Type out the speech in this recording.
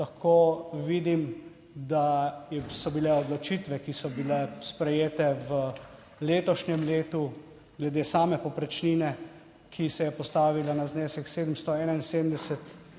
Lahko vidim, da so bile odločitve, ki so bile sprejete v letošnjem letu glede same povprečnine, ki se je postavila na znesek 771